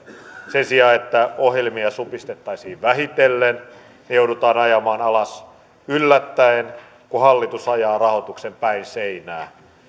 sen sijaan että ohjelmia supistettaisiin vähitellen ne joudutaan ajamaan alas yllättäen kun hallitus ajaa rahoituksen päin seinää